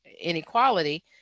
inequality